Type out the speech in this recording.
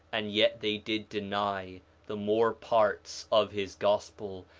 and yet they did deny the more parts of his gospel,